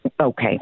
Okay